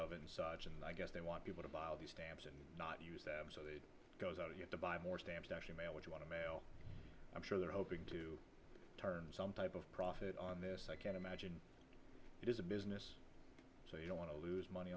of and such and i guess they want people to buy all these stamps and not use them so they goes out to buy more stamps actually mail what you want to mail i'm sure they're hoping to turn some type of profit on this i can't imagine it is a business so i don't want to lose money